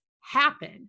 happen